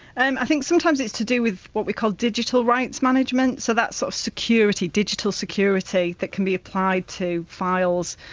i think sometimes it's to do with, what we call, digital rights management, so that's sort of security, digital security that can be applied to files.